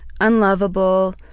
unlovable